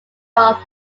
off